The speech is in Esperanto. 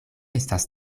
estas